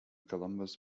columbus